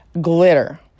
glitter